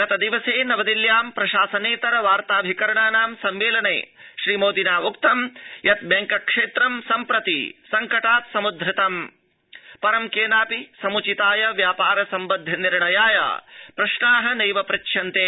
गतदिने नवदिल्ल्यां प्रशासनेतर वार्ताभिकरणानां सम्मेलने श्रीमोदिनोक्तं यत् बैंकक्षेत्रं सम्प्रति संकटात् समुदधृतम् परं केनापि समुचिताय व्यापार सम्बद्ध निर्णयाय प्रश्नाः नैव पृच्छयन्ते